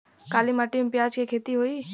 काली माटी में प्याज के खेती होई?